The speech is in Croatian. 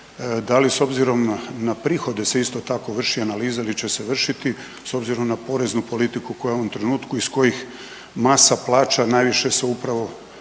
Da li s obzirom na prihode se isto tako vrši analiza ili će se vršiti s obzirom na poreznu politiku koja je u ovom trenutku iz kojih masa plaća najviše se upravo